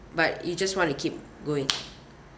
but you just want to keep going